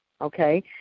okay